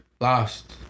lost